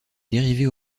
dérivée